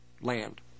land